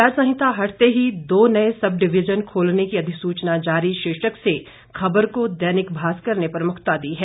आचार संहिता हटते ही दो नए सब डिविजन खोलने की अधिसूचना जारी शीर्षक से ख़बर को दैनिक भास्कर ने प्रमुखता दी है